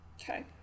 Okay